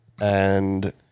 And-